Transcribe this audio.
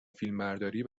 فیلمبرداری